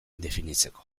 definitzeko